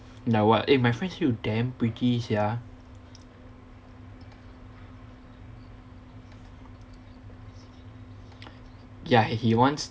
now what eh my friend still damn prettty sia ya he wants